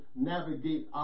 navigate